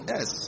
Yes